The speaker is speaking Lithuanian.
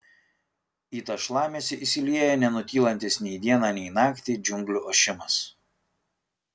į tą šlamesį įsilieja nenutylantis nei dieną nei naktį džiunglių ošimas